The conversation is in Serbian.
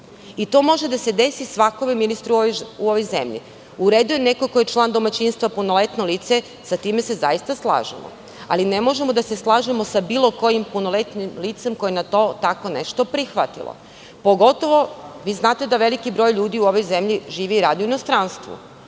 To može da se desi svakome, ministre, u ovoj zemlji.U redu je, "neko ko je član domaćinstva, punoletno lice", sa time se zaista slažemo, ali ne možemo da se slažemo "sa bilo kojim punoletnim licem koje je tako nešto prihvatilo". Vi znate da veliki broj ljudi u ovoj zemlji živi i radi u inostranstvu.